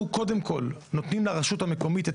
אנחנו קודם כל נותנים לרשות המקומית את